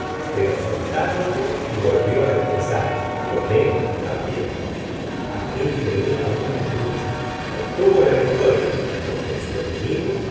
pero sol táronle y volvió á empezar y homais también aquello era una lucha obtuvo la victoria porque su enemigo